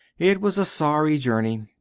it was a sorry journey.